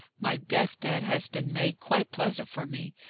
my death-bed has been made quite pleasant for me.